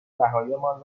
نهاییمان